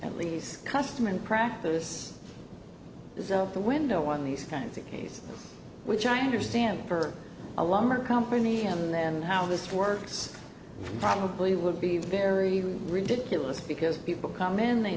at least custom and practice is out the window on these kinds of cases which i understand for a lumber company and then how this works probably would be very ridiculous because people come in they